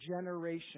generation